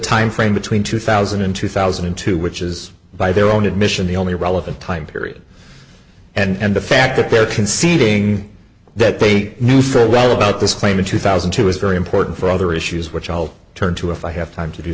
time frame between two thousand and two thousand and two which is by their own admission the only relevant time period and the fact that they're conceding that they knew full well about this claim in two thousand and two is very important for other issues which i will turn to if i have time to do